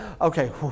okay